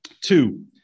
Two